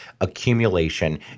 accumulation